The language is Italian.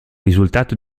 risultato